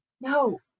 No